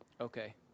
Okay